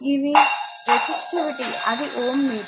ఇది రెసిస్టివిటీ అది Ω మీటర్